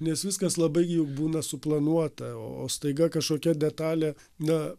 nes viskas labai juk būna suplanuota o staiga kažkokia detalė na